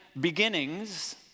beginnings